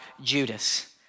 Judas